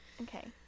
Okay